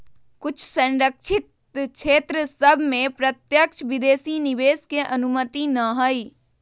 कुछ सँरक्षित क्षेत्र सभ में प्रत्यक्ष विदेशी निवेश के अनुमति न हइ